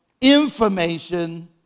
information